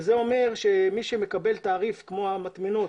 וזה אומר שמי שמקבל תעריף כמו המטמנות